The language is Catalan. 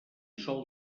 sol